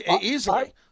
Easily